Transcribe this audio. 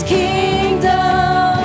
kingdom